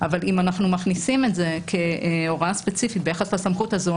אבל אם אנחנו מכניסים את זה כהוראה ספציפית ביחס לסמכות הזו,